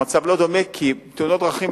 המצב לא דומה כי בתאונות דרכים,